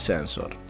Sensor